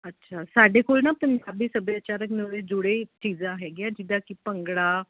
ਅੱਛਾ ਸਾਡੇ ਕੋਲ ਨਾ ਪੰਜਾਬੀ ਸੱਭਿਆਚਾਰਕ ਨੂੰ ਵੀ ਜੁੜੇ ਚੀਜ਼ਾਂ ਹੈਗੀਆਂ ਜਿੱਦਾਂ ਕਿ ਭੰਗੜਾ